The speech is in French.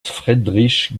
friedrich